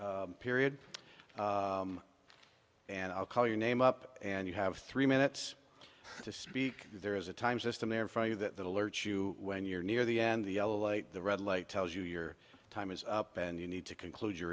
period and i'll call your name up and you have three minutes to speak there is a time system in for you that the lurch you when you're near the end the yellow light the red light tells you your time is up and you need to conclude you